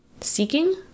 seeking